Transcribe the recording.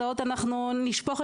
אז אנחנו לא מסדירים את